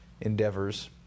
endeavors